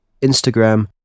Instagram